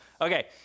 Okay